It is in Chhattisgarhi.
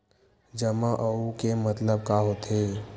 जमा आऊ के मतलब का होथे?